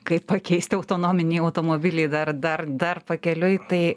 kaip pakeisti autonominiai automobiliai dar dar dar pakeliui tai